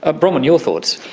ah bronwen, your thoughts?